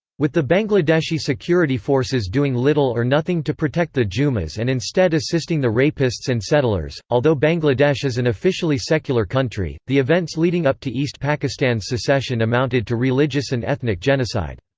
with the bangladeshi security forces doing little or nothing to protect the jummas and instead assisting the rapists and settlers although bangladesh is an and officially secular country, the events leading up to east pakistan's secession amounted to religious and ethnic genocide.